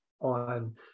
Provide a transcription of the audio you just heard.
on